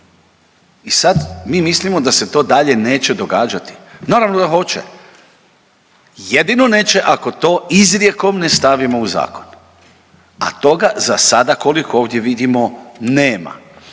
I sad mi mislimo da se to dalje neće događati? Naravno da hoće. Jedino neće ako to izrijekom ne stavimo u zakon, a toga za sada koliko ovdje vidimo nema.